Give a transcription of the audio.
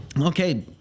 okay